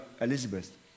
Elizabeth